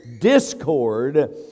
discord